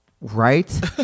Right